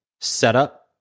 setup